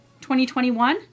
2021